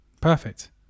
Perfect